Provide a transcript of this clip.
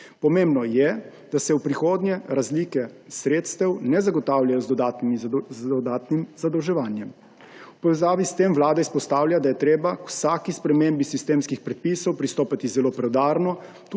Pomembno je, da se v prihodnje razlike sredstev ne zagotavljajo z dodatnim zadolževanjem. V povezavi s tem Vlada izpostavlja, da je treba k vsaki spremembi sistemskih predpisov pristopati zelo preudarno,